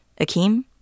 Akeem